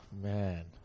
man